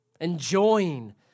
enjoying